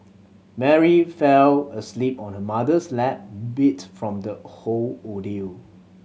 Mary fell asleep on her mother's lap beat from the whole ordeal